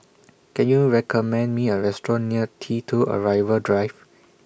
Can YOU recommend Me A Restaurant near T two Arrival Drive